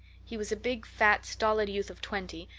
he was a big, fat, stolid youth of twenty,